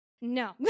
No